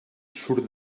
surt